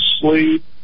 sleep